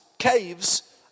Caves